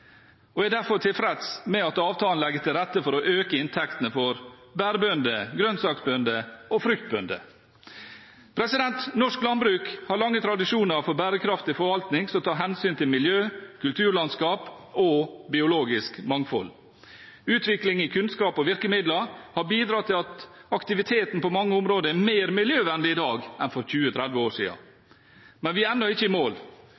Hardanger, og er derfor tilfreds med at avtalen legger til rette for å øke inntektene for bærbønder, grønnsaksbønder og fruktbønder. Norsk landbruk har lange tradisjoner for bærekraftig forvaltning som tar hensyn til miljø, kulturlandskap og biologisk mangfold. Utvikling i kunnskap og virkemidler har bidratt til at aktiviteten på mange områder er mer miljøvennlig i dag enn for 20–30 år siden. Men vi er ennå ikke i mål.